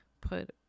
put